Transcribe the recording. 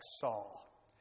Saul